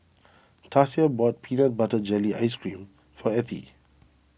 Tasia bought Peanut Butter Jelly Ice Cream for Ethie